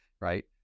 Right